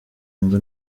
ngo